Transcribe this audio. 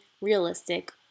realistic